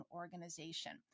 organization